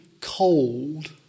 cold